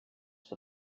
for